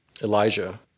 Elijah